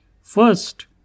First